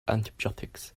antibiotics